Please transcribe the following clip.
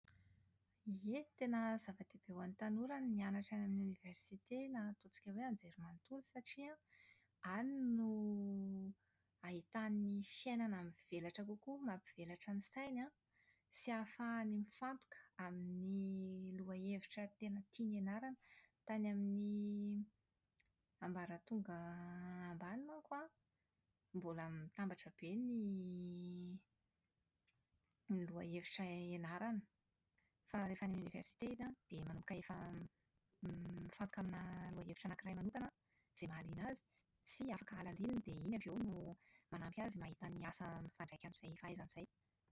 Ie, tena zava-dehibe ho an'ny tanora ny mianatra eny amin'ny oniversite na ataontsika hoe anjerimanontolo satria an, any no ahitany fiainana mivelatra kokoa, mampivelatra ny sainy an sy ahafahany mifantoka amin'ny lohahevitra tena tiany ianarana. Tany amin'ny ambaratonga ambany manko an, mbola mitambatra be ny ny lohahevitra ianarana. Fa rehefa any amin'ny oniversite izy an, dia manomboka efa mifantoka amina lohahevitra iray manokana mahaliana azy sy afaka alalininy, dia iny ay eo no manampy azy mahita ny asa mifandraika amin'izay fahaizany izay.